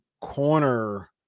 corner